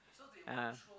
(uh huh)